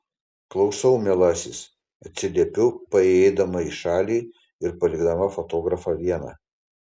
klausau mielasis atsiliepiu paėjėdama į šalį ir palikdama fotografą vieną